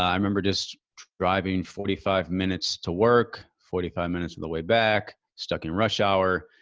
i remember just driving forty five minutes to work forty five minutes on the way back, stuck in rush hour,